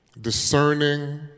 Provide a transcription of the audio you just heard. Discerning